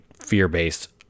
fear-based